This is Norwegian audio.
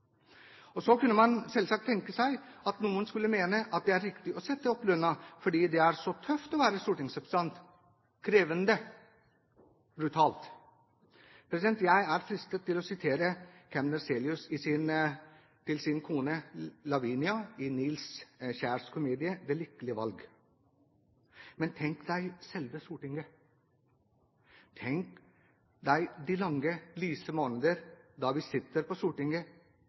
kr. Så kunne man selvsagt tenke seg at noen skulle mene at det er riktig å sette opp lønnen fordi det er så tøft å være stortingsrepresentant – så krevende, brutalt. Jeg er fristet til å sitere det kemner Celius sier til sin kone, Lavinia, i Nils Kjærs komedie «Det lykkelig valg»: «Men tænk dig selve stortinget, tænk dig de lange, lyse maaneder, da vi sidder paa stortinget.